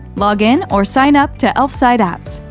log in or sign up to elfsight apps.